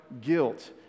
guilt